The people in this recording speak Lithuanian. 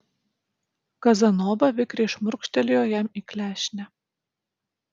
kazanova vikriai šmurkštelėjo jam į klešnę